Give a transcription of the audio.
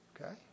okay